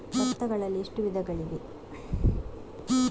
ಭತ್ತಗಳಲ್ಲಿ ಎಷ್ಟು ವಿಧಗಳಿವೆ?